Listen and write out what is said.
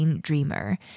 Dreamer